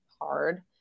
hard